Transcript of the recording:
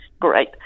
Great